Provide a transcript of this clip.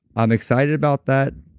i'm excited about that.